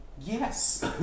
yes